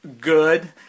good